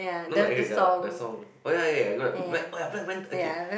no no not the ending the song oh ya ya I got oh ya Black-Panther okay